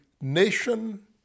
nation